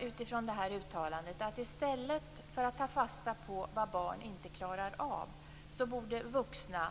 Utifrån det här uttalandet menar Hartman att i stället för att ta fasta på vad barn inte klarar av, borde vuxna